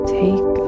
take